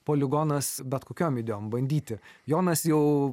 poligonas bet kokiom idėjom bandyti jonas jau